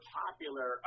popular